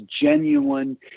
genuine